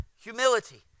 Humility